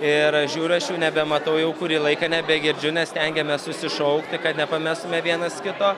ir žiūriu aš jų nebematau jau kurį laiką nebegirdžiu mes stengiamės susišaukti kad nepamestume vienas kito